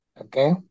Okay